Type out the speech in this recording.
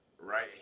right